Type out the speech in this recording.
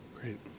Great